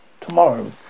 tomorrow